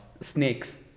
snakes